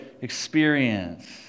experience